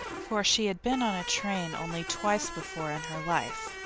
for she had been on a train only twice before in her life.